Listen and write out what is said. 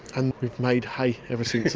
and we've made hay ever since.